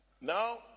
Now